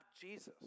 Jesus